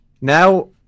now